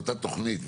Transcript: באותה תוכנית,